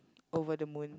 over the moon